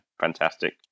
fantastic